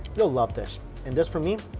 you'll love this and this for me,